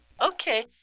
Okay